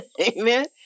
Amen